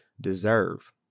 deserve